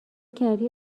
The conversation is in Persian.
کردی